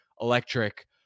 electric